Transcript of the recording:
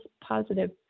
positive